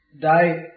die